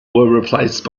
replaced